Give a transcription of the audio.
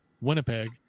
Winnipeg